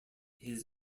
his